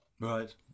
Right